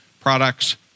products